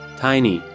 tiny